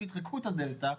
שידחקו את הדלתא,